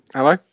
Hello